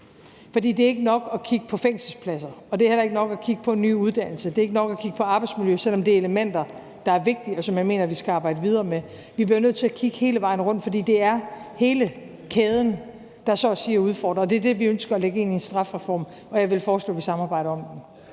vejen. Det er ikke nok at kigge på fængselspladser, det er heller ikke nok at kigge på en ny uddannelse, og det er ikke nok at kigge på arbejdsmiljø, selv om det er elementer, som er vigtige, og som jeg mener vi skal arbejde videre med; vi bliver nødt til at kigge hele vejen rundt, fordi det er hele kæden, der så at sige er udfordret. Det er det, vi ønsker at lægge ind i en strafreform, og jeg vil foreslå, at vi samarbejder om den.